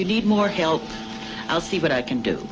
you need more help i'll see what i can do